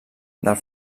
del